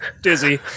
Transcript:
dizzy